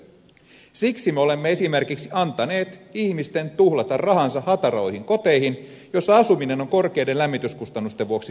siksi me olemme esimerkiksi antaneet ihmisten tuhlata rahansa hatariin koteihin joissa asuminen on korkeiden lämmityskustannusten vuoksi kallista